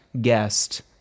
guest